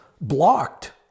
blocked